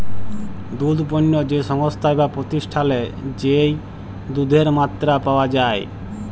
দুধ পণ্য যে সংস্থায় বা প্রতিষ্ঠালে যেই দুধের মাত্রা পাওয়া যাই